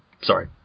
Sorry